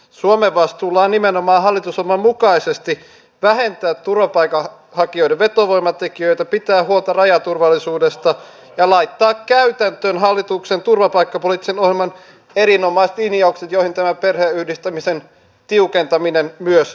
suomen vastuulla on nimenomaan hallitusohjelman mukaisesti vähentää turvapaikanhakijoiden vetovoimatekijöitä pitää huolta rajaturvallisuudesta ja laittaa käytäntöön hallituksen turvapaikkapoliittisen ohjelman erinomaiset linjaukset joihin tämä perheenyhdistämisen tiukentaminen myös liittyy